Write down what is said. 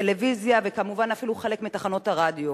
טלוויזיה ואפילו חלק מתחנות הרדיו.